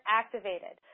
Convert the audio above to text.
activated